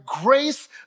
grace